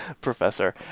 Professor